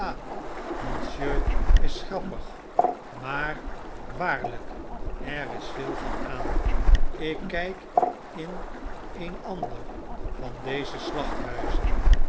is grappig maar waarljjk er is veel van aan ik kgk in een ander van deze